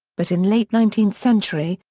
but in late nineteenth century,